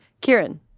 Kieran